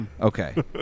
Okay